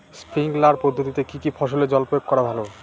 Sprinkler পদ্ধতিতে কি কী ফসলে জল প্রয়োগ করা ভালো?